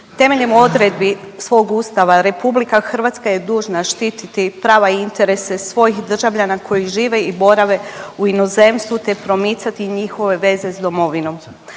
Temeljem odredbi svog Ustava Republika Hrvatska je dužna štititi prava i interese svojih državljana koji žive i borave u inozemstvu, te promicati njihove veze s Domovinom.